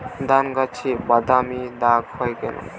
ধানগাছে বাদামী দাগ হয় কেন?